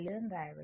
అని వ్రాయవచ్చు